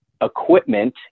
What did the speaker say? equipment